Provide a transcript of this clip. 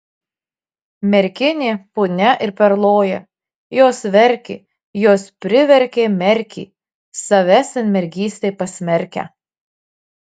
merkinė punia ir perloja jos verkė jos priverkė merkį save senmergystei pasmerkę